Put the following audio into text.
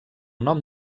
nom